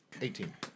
Eighteen